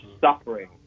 suffering